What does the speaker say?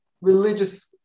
religious